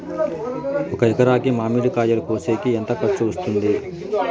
ఒక ఎకరాకి మామిడి కాయలు కోసేకి ఎంత ఖర్చు వస్తుంది?